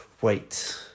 wait